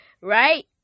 right